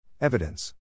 Evidence